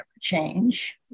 change